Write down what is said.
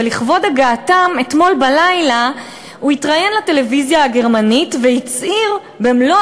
ולכבוד הגעתם אתמול בלילה הוא התראיין לטלוויזיה הגרמנית והצהיר